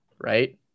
Right